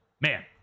man